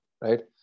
right